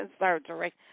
surgery